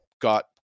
got